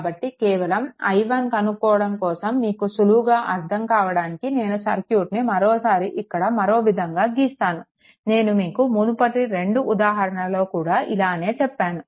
కాబట్టి కేవలం i1 కనుక్కోవడం కోసం మీకు సులువుగా అర్థం కావడానికి నేను సర్క్యూట్ని మరో సారి ఇక్కడ మరో విధంగా గీస్తాను నేను మీకు మునుపటి రెండు ఉదాహరణలలో కూడా ఇలానే చెప్పాను